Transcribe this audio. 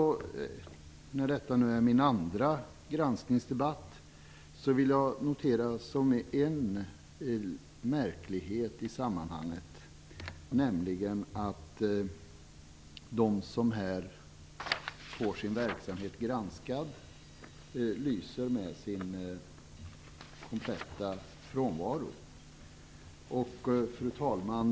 Detta är min andra granskningsdebatt. Som en märklighet i sammanhanget noterar jag att de som här får sin verksamhet granskad komplett lyser med sin frånvaro. Fru talman!